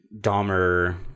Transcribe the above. dahmer